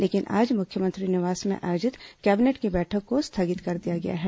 लेकिन आज मुख्यमंत्री निवास में आयोजित कैबिनेट की बैठक को स्थगित कर दिया गया है